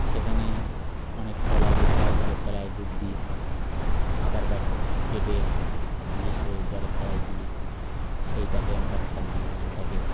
সেখানে অনেক তলায় যেতে হয় জলের তলায় ডুব দিয়ে সাঁতার কেটে গিয়ে সে জলের তলায় গিয়ে সেইটাকে আমরা ছাড়িয়ে জালটাকে